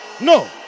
No